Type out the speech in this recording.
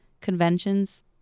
conventions